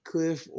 Cliff